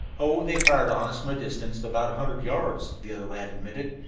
oh, they fired on us from a distance of about a hundred yards, the other lad admitted,